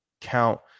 count